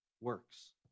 works